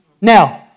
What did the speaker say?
Now